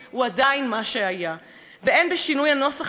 ואין בשינוי הנוסח שלו כדי לשנות את המהות.